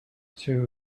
two